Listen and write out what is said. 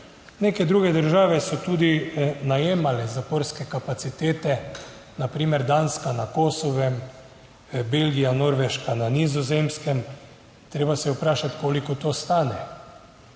Neke druge države so tudi najemale zaporske kapacitete, na primer Danska na Kosovem, Belgija, Norveška na Nizozemskem - treba se je vprašati, koliko to stane.